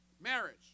marriage